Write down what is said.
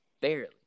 barely